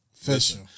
Official